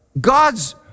God's